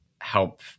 help